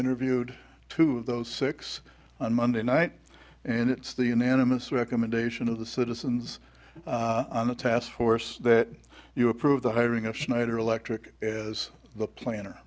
interviewed two of those six on monday night and it's the unanimous recommendation of the citizens on the task force that you approve the hiring of schneider electric as the